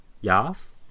Yes